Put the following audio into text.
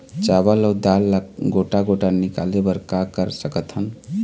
चावल अऊ दाल ला गोटा गोटा निकाले बर का कर सकथन?